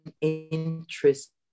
interest